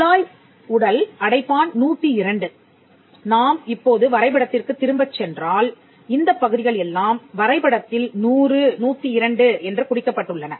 குழாய் உடல் அடைப்பான் நாம் இப்போது வரை படத்திற்கு திரும்பச் என்றால் இந்த பகுதிகள் எல்லாம் வரைபடத்தில் 100 102 என்று குறிக்கப்பட்டுள்ளன